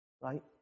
right